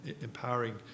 empowering